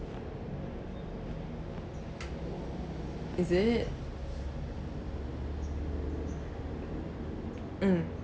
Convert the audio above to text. is it mm